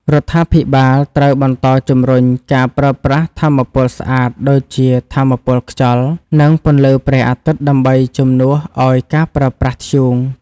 រដ្ឋាភិបាលត្រូវបន្តជំរុញការប្រើប្រាស់ថាមពលស្អាតដូចជាថាមពលខ្យល់ និងពន្លឺព្រះអាទិត្យដើម្បីជំនួសឱ្យការប្រើប្រាស់ធ្យូង។